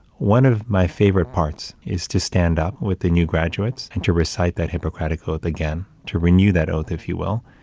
one of my favorite parts is to stand up with the new graduates and to recite that hippocratic oath again, to renew that oath, if you will.